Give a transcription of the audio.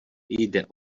jde